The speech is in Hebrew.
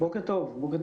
בוקר טוב לכולם.